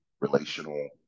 relational